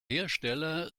hersteller